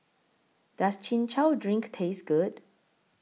Does Chin Chow Drink Taste Good